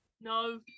No